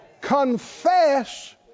Confess